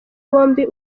bombi